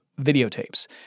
videotapes